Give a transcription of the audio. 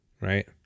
right